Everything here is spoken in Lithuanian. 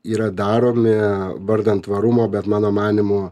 yra daromi vardan tvarumo bet mano manymu